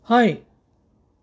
हय